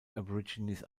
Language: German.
aborigines